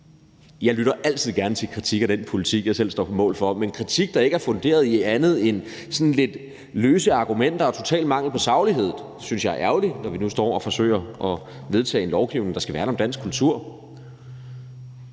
Jeg lytter altid gerne til kritik af den politik, jeg selv står på mål for, men kritik, der ikke er funderet i andet end sådan lidt løse argumenter og total mangel på saglighed, synes jeg er ærgerlig, når vi nu står og forsøger at vedtage en lovgivning, der skal værne om dansk kultur.